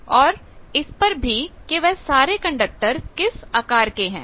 और इस पर भी कि वह सारे कंडक्टर किस आकार के हैं